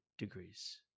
degrees